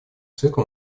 цикл